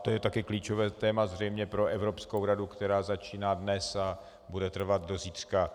To je také klíčové téma zřejmě pro Evropskou radu, která začíná dnes a bude trvat do zítřka.